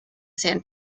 sand